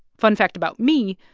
fun fact about me,